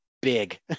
big